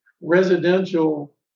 residential